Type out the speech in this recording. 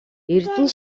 эрдэнэ